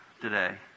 today